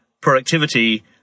productivity